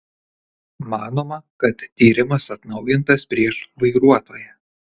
manoma kad tyrimas atnaujintas prieš vairuotoją